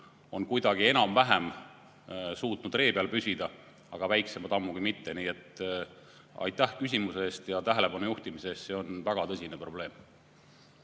on kuidagi suutnud ree peal püsida, aga väiksemad ammugi mitte. Nii et aitäh küsimuse ja tähelepanu juhtimise eest, see on väga tõsine probleem.